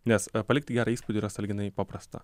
nes palikti gerą įspūdį yra sąlyginai paprasta